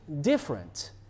different